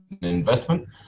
investment